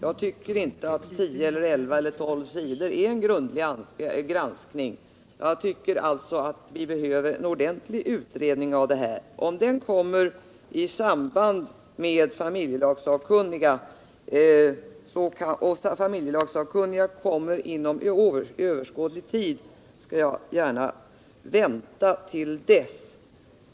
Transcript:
Jag tycker inte att tio tolv sidor innebär en grundlig granskning. Vi behöver en ordentlig utredning. Om den kommer i samband med familjelagssakkunnigas betänkande och det betänkandet kommer inom överskådlig tid kan jag gärna vänta till dess.